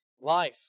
life